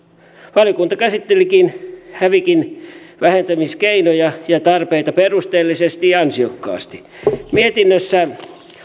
valiokunta käsittelikin hävikin vähentämiskeinoja ja tarpeita perusteellisesti ja ansiokkaasti mietinnössä